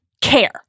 care